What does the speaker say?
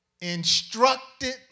instructed